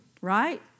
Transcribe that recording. Right